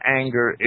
anger